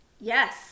Yes